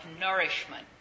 nourishment